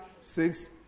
six